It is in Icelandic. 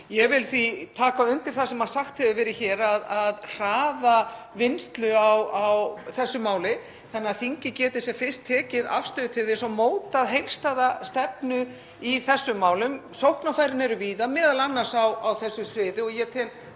Ég vil því taka undir það sem sagt hefur verið hér um að hraða vinnslu á þessu máli þannig að þingið geti sem fyrst tekið afstöðu til þess og mótað heildstæða stefnu í þessum málum. Sóknarfærin eru víða og m.a. á þessu sviði og ég tel